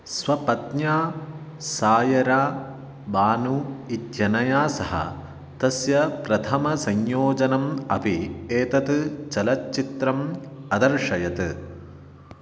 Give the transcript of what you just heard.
स्वपत्न्या सायरा बानू इत्यनया सह तस्य प्रथमसंयोजनम् अपि एतत् चलच्चित्रम् अदर्शयत्